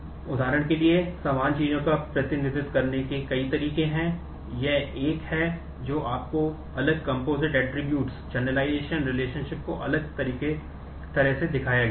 उदाहरण के लिए समान चीजों का प्रतिनिधित्व करने के कई तरीके हैं यह एक है जो है आपको अलग कम्पोजिट ऐट्रिब्यूट्स को अलग तरह से दिखाया गया है